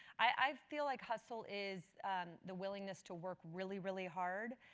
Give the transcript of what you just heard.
i feel like hustle is the willingness to work really, really hard,